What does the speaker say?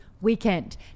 weekend